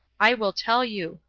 i will tell you.